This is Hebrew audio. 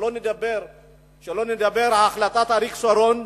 שלא לדבר על החלטת אריק שרון,